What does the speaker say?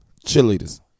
Cheerleaders